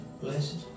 Blessed